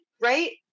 right